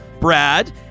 Brad